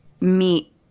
meet